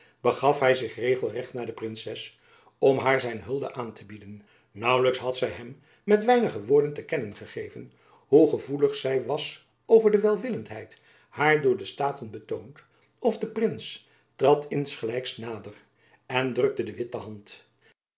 begaf hy zich regelrecht naar de princes om haar zijn hulde aan te bieden naauwlijks had zy hem met weinige woorden te kennen gegeven jacob van lennep elizabeth musch hoe gevoelig zy was over de welwillendheid haar door de staten betoond of de prins trad insgelijks nader en drukte de witt de hand